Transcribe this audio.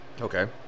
Okay